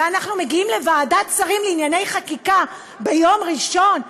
ואנחנו מגיעים לוועדת שרים לענייני חקיקה ביום ראשון,